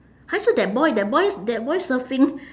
还是 that boy that boy s~ that boy surfing